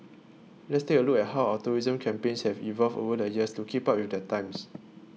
let's take a look at how our tourism campaigns have evolved over the years to keep up with the times